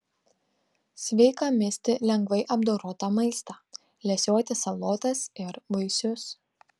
sveika misti lengvai apdorotą maistą lesioti salotas ir vaisius